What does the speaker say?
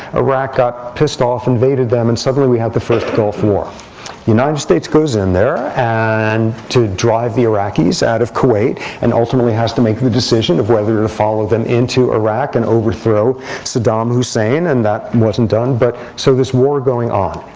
iraq got pissed off, invaded them. and, suddenly, we had the first gulf war. the united states goes in there to drive the iraqis out of kuwait. and ultimately has to make the decision of whether to follow them into iraq and overthrow saddam hussein. and that wasn't done. but so this war going on.